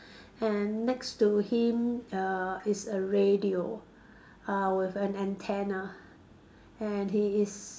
and next to him uh is a radio uh with an antenna and he is